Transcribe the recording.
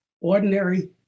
ordinary